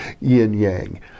yin-yang